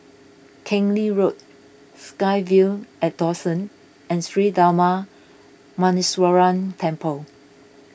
Keng Lee Road SkyVille at Dawson and Sri Darma Muneeswaran Temple